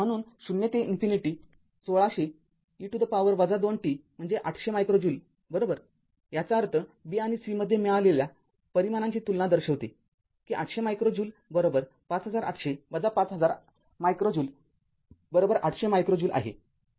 म्हणून ० ते infinity १६०० e to the power २t म्हणजे ८०० मायक्रो ज्यूल बरोबर याचा अर्थ b आणि c मध्ये मिळालेल्या परिमाणांची तुलना दर्शविते कि ८०० micro joule ५८०० ५००० micro joule ८०० micro joule आहे